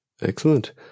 Excellent